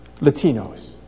Latinos